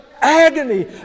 agony